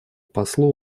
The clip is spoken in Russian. послу